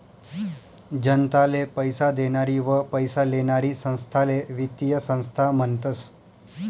जनताले पैसा देनारी व पैसा लेनारी संस्थाले वित्तीय संस्था म्हनतस